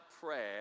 prayer